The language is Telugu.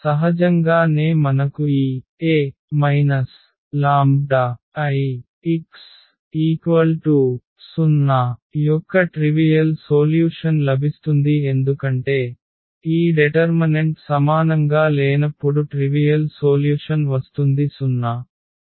సహజంగా నే మనకు ఈ A λIx0 యొక్క ట్రివియల్ సోల్యూషన్ లభిస్తుంది ఎందుకంటే ఈ డెటర్మనెంట్ సమానంగా లేనప్పుడు ట్రివియల్ సోల్యుషన్ వస్తుంది 0